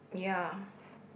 ya